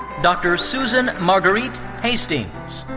dr. susan marguerite hastings.